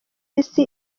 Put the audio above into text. isi